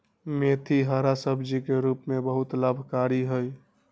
मेथी हरा सब्जी के रूप में बहुत लाभकारी हई